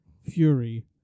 fury